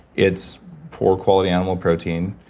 it's poor quality animal protein,